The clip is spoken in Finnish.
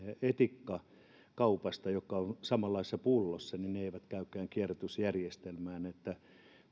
etikkaa joka on samanlaisessa pullossa niin ne eivät käykään kierrätysjärjestelmään niin että